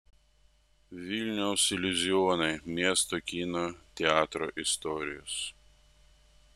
vilniaus iliuzionai miesto kino teatrų istorijos